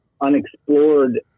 unexplored